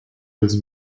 was